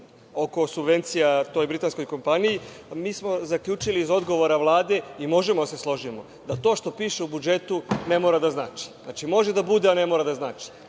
oko subvencija toj britanskoj kompaniji… Zaključili smo iz odgovora Vlade i možemo da se složimo da to što piše u budžetu ne mora da znači. Znači, može da bude, ali ne mora da znači.